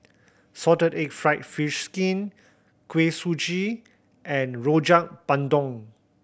salted egg fried fish skin Kuih Suji and Rojak Bandung